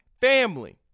family